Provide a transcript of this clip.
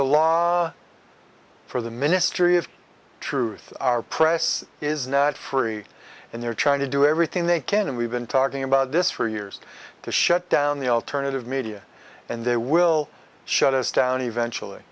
along for the ministry of truth our press is not free and they're trying to do everything they can and we've been talking about this for years to shut down the alternative media and they will shut us down eventually